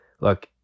look